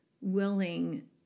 willing